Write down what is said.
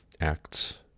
acts